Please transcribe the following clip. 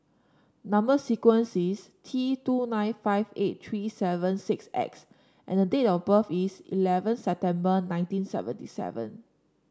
number sequence is T two nine five eight three seven six X and date of birth is eleven September nineteen seventy seven